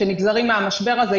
שנגזרים מהמשבר הזה.